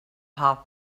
half